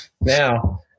Now